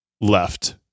left